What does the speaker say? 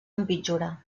empitjorar